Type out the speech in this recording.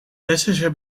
westerse